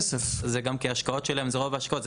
זה כי גם ההשקעות שלהם הן רוב ההשקעות.